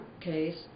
case